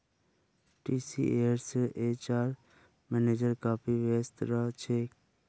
टीसीएसेर HR manager काफी व्यस्त रह छेक